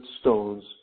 stones